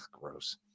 gross